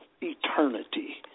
Eternity